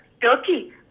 Turkey